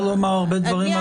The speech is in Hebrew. היא ביקשה בסוף כן להתמזג.